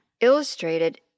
illustrated